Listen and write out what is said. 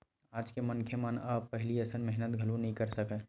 आज के मनखे मन ह अब पहिली असन मेहनत घलो नइ कर सकय